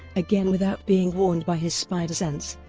again without being warned by his spider-sense.